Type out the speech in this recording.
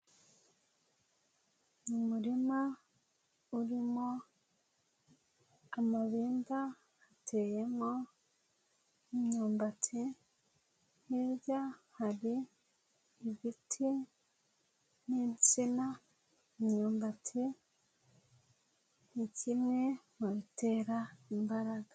Ni umurima urimo amabimba, uteyemo n'imyumbati, hirya hari ibiti n'insina, imyumbati ni kimwe mu bitera imbaraga.